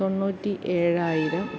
തൊണ്ണൂറ്റി ഏഴായിരം